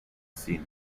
cine